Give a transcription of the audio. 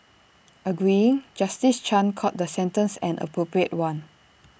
agreeing justice chan called the sentence an appropriate one